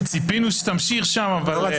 ציפינו שתמשיך שם, אבל...